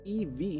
EV